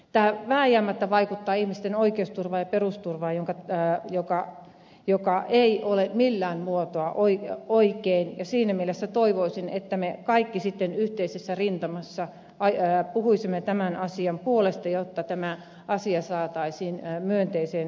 tämä vääjäämättä vaikuttaa ihmisten oikeusturvaan ja perusturvaan mikä ei ole millään muotoa oikein ja siinä mielessä toivoisin että me kaikki sitten yhteisessä rintamassa puhuisimme tämän asian puolesta jotta tämä asia saataisiin myönteiseen loppupäätökseen